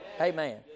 Amen